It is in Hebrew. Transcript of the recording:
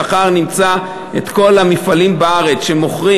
מחר נמצא את כל המפעלים בארץ שמוכרים,